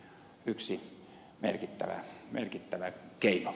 se olisi yksi merkittävä keino